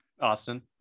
Austin